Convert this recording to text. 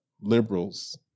liberals